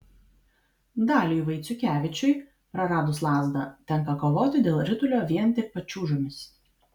daliui vaiciukevičiui praradus lazdą tenka kovoti dėl ritulio vien tik pačiūžomis